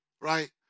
right